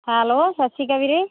hello ਸਤਿ ਸ਼੍ਰੀ ਅਕਾਲ ਵੀਰੇ